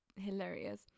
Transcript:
hilarious